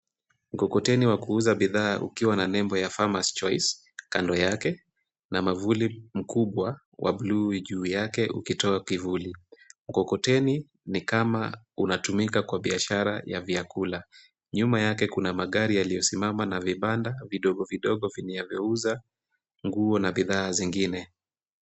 Mkokoteni wa kuuza bidhaa ukiwa na nembo ya farmers choice kando yake na mwavuli mkubwa wa buluu juu yake ukitoa kivuli. Mkokoteni ni kama unatumika kwa biashara ya vyakula. Nyuma yake kuna magari yaliyosimama na vibanda vidogovidogo vinavyouza nguo na bidhaa zingine.